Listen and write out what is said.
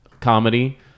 comedy